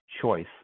choice